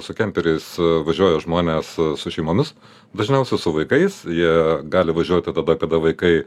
su kemperiais važiuoja žmonės su šeimomis dažniausiai su vaikais jie gali važiuoti tada kada vaikai